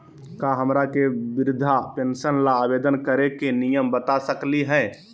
का हमरा के वृद्धा पेंसन ल आवेदन करे के नियम बता सकली हई?